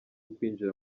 kwinjira